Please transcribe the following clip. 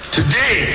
Today